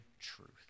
truth